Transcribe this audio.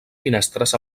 finestres